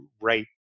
right